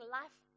life